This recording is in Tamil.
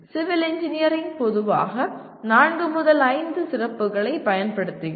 சிவில் இன்ஜினியரிங் பொதுவாக நான்கு முதல் ஐந்து சிறப்புகளைப் பயன்படுத்துகிறது